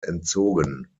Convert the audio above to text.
entzogen